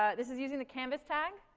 ah this is using the canvas tag.